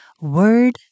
Word